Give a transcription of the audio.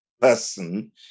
person